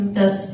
dass